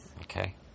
Okay